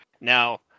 now